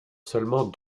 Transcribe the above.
seulement